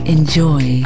Enjoy